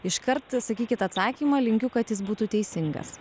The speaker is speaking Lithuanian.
iš kart sakykit atsakymą linkiu kad jis būtų teisingas